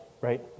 right